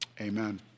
Amen